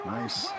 Nice